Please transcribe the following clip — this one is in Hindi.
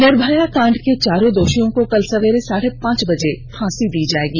निर्भया कांड के चारों दोषियों को कल सवेरे साढ़े पांच बजे फांसी दी जाएगी